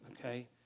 okay